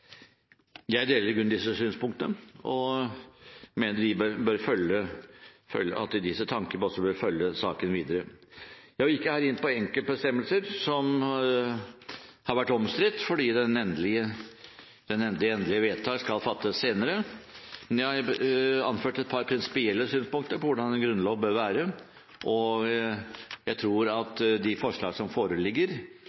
Jeg deler i grunnen disse synspunktene og mener at disse tankene også bør følge saken videre. Jeg vil ikke her gå inn på enkeltbestemmelser som har vært omstridt, fordi de endelige vedtak skal fattes senere, men jeg har anført et par prinsipielle synspunkter på hvordan en grunnlov bør være. Og jeg tror